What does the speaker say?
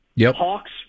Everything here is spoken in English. Hawks